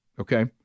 okay